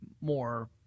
more